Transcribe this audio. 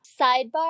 Sidebar